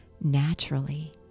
naturally